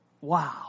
Wow